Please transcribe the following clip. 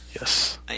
Yes